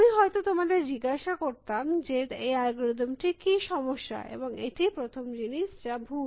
আমি হয়ত তোমাদের জিজ্ঞাসা করকরতে যেতাম যে এই অ্যালগরিদম টির কী সমস্যা এবং এটিই প্রথম জিনিস যা ভুল